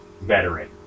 veteran